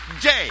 day